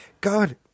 God